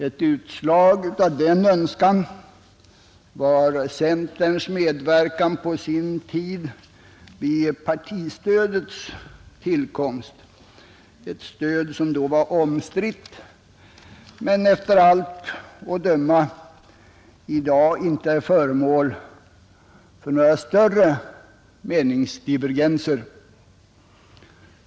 Ett utslag av denna önskan var centerns medverkan vid partistödets tillkomst, ett stöd som då var omstritt men som, efter allt att döma, i dag inte är föremål för några större meningsdivergenser.